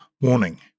Warning